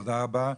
תודה רבה.